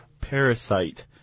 parasite